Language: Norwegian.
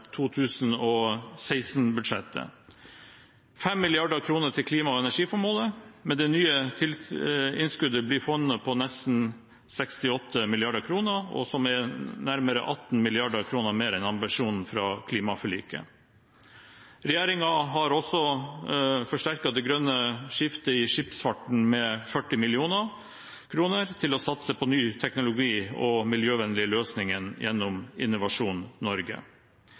til klima- og energifondet – med det nye innskuddet blir fondet på nesten 68 mrd. kr, noe som er nærmere 18 mrd. kr mer enn ambisjonen fra klimaforliket. Regjeringen har også forsterket det grønne skiftet i skipsfarten med 40 mill. kr til å satse på ny teknologi og miljøvennlige løsninger gjennom Innovasjon Norge.